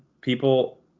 people